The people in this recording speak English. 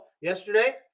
yesterday